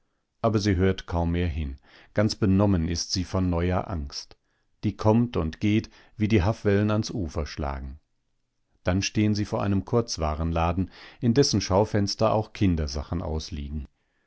aber sie hört kaum mehr hin ganz benommen ist sie von neuer angst die kommt und geht wie die haffwellen ans ufer schlagen dann stehen sie vor einem kurzwarenladen in dessen schaufenster auch kindersachen ausliegen